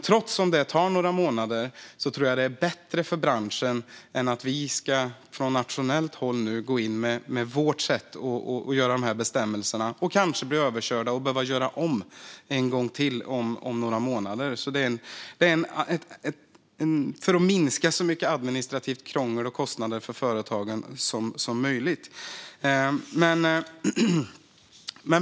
Trots att det tar några månader tror jag att det är bättre för branschen än att vi nu från nationellt håll ska gå in med vårt sätt att göra bestämmelserna, kanske bli överkörda och behöva göra om det en gång till om några månader. Det är för att minska så mycket administrativt krångel och kostnader för företagen som möjligt.